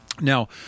Now